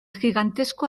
gigantesco